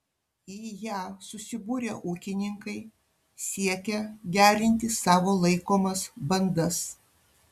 į ją susibūrę ūkininkai siekia gerinti savo laikomas bandas